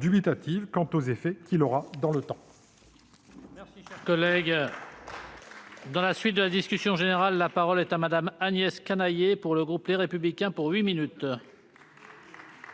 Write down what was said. dubitatifs quant aux effets qu'il aura dans le temps.